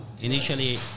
Initially